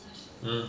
mm